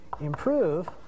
improve